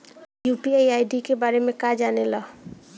UPI ID के बारे में का जाने ल?